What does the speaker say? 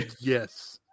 yes